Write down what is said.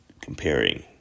comparing